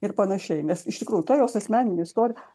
ir panašiai nes iš tikrųjų ta jos asmeninė istorija